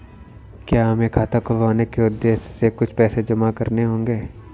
क्या हमें खाता खुलवाने के उद्देश्य से कुछ पैसे जमा करने होंगे?